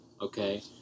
okay